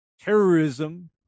terrorism